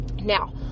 now